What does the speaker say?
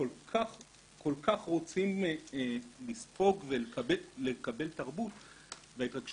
וגם אם יש כללים שמחייבים את הנגישות הפיזית באזור,